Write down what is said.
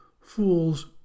Fools